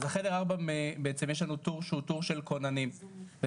אז לחדר ארבע בעצם יש לנו טור שהוא טור של כוננים וצריך